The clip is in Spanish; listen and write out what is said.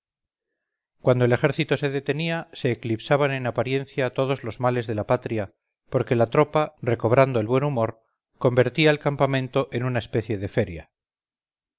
cuando el ejército se detenía se eclipsaban en apariencia todos los males de la patria porque la tropa recobrando el buen humor convertía el campamento en una especie de feria